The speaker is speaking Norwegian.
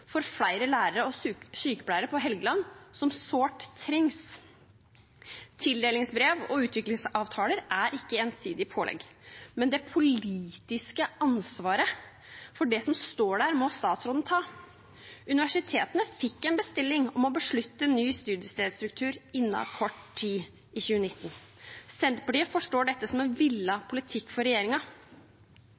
for flere lærere og sykepleiere på Helgeland, som sårt trengs. Tildelingsbrev og utviklingsavtaler er ikke ensidige pålegg, men det politiske ansvaret for det som står der, må statsråden ta. Universitetene fikk en bestilling om å beslutte ny studiestedsstruktur innen kort tid i 2019. Senterpartiet forstår dette som en villet politikk